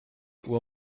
uhr